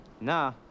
Nah